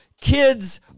kids